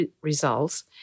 Results